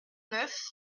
neuf